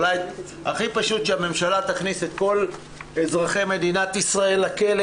הכי פשוט שהממשלה תכניס את כל אזרחי מדינת ישראל לכלא,